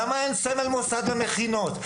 למה אין סמל מוסד למכינות?